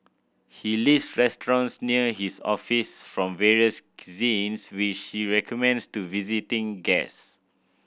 he list restaurants near his office from various cuisines which he recommends to visiting guest